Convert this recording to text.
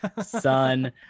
son